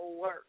work